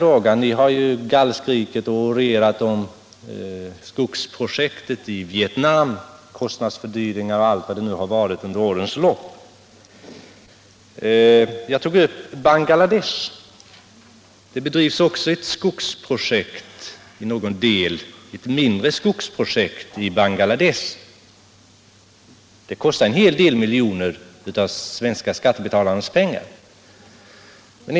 Ni har ju gallskrikit och orerat om kostnadsfördyringar och annat under årens lopp när det gäller skogsprojektet i Vietnam. Jag tog upp Bangladesh. Också i det landet bedrivs ett skogsprojekt, som har mindre omfattning men som ändock tar en hel del av de svenska skattebetalarnas pengar i anspråk.